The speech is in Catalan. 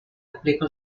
aplica